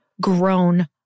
grown